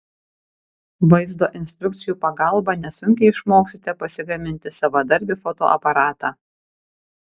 vaizdo instrukcijų pagalba nesunkiai išmoksite pasigaminti savadarbį fotoaparatą